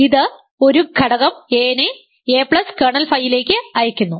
ഇത് ഒരു ഘടകം a നെ a കേർണൽ ഫൈയിലേക്ക് അയയ്ക്കുന്നു